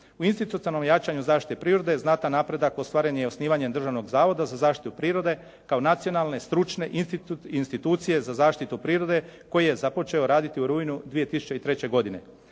U institucionalnom jačanju zaštite prirode, znatan napredak ostvaren je osnivanjem Državnog zavoda za zaštitu prirode kao nacionalne, stručne institucije za zaštitu prirode koji je započeo raditi u rujnu 2003. godine.